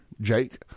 Jake